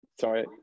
sorry